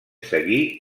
seguí